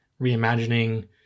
reimagining